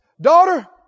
daughter